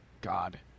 God